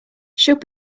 should